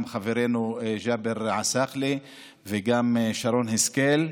גם חברנו ג'אבר עסאקלה וגם חברת הכנסת שרן השכל.